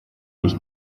ich